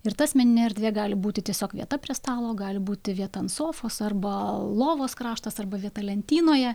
ir ta asmeninė erdvė gali būti tiesiog vieta prie stalo gali būti vieta ant sofos arba lovos kraštas arba vieta lentynoje